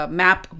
map